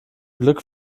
glück